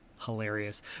hilarious